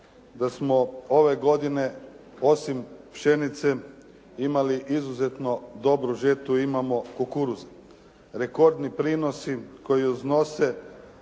da smo ove godine osim pšenice imali izuzetno dobru žetvu imamo kukuruza. Rekordni prinosi koji iznose